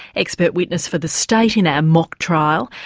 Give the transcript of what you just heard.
expert witness for the state in our mock trial,